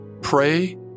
Pray